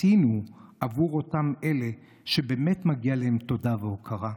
עשינו עבור אותם אלה שבאמת מגיעה להם תודה והוקרה?